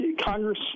Congress